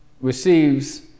receives